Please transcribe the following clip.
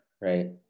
right